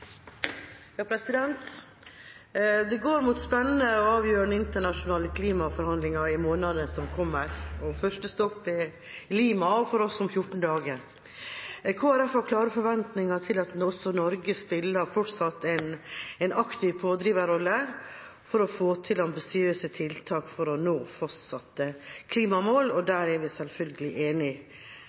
Det går mot spennende og avgjørende internasjonale klimaforhandlinger i månedene som kommer, og første stopp er Lima for oss om 14 dager. Kristelig Folkeparti har klare forventninger til at også Norge fortsatt spiller en aktiv pådriverrolle for å få til ambisiøse tiltak for å nå fastsatte klimamål, og der er vi selvfølgelig enig